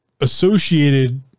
associated